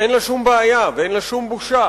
אין לה שום בעיה ואין לה שום בושה